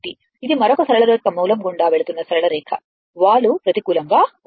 ఇది మరొక సరళ రేఖ మూలం గుండా వెళుతున్న సరళ రేఖ వాలు ప్రతికూలంగా ఉంటుంది